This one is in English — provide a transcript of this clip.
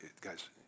guys